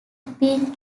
been